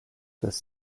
this